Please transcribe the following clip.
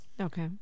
Okay